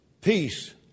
Peace